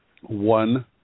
one